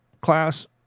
class